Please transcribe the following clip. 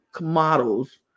models